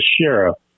sheriff